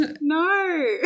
No